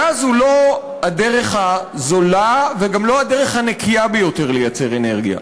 הגז הוא לא הדרך הזולה וגם לא הדרך הנקייה ביותר לייצר אנרגיה.